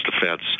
defense